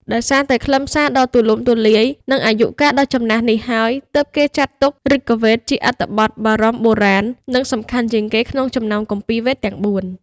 ដោយសារតែខ្លឹមសារដ៏ទូលំទូលាយ និងអាយុកាលដ៏ចំណាស់នេះហើយ ទើបគេចាត់ទុក ឫគវេទ ជាអត្ថបទបរមបុរាណ និងសំខាន់ជាងគេក្នុងចំណោមគម្ពីរវេទទាំង៤។